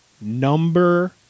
Number